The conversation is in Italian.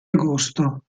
agosto